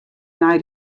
nei